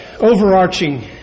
overarching